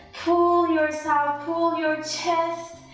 pull your so pull your chest,